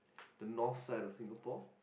the North side of Singapore